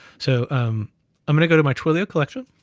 so um i'm gonna go to my twilio collection,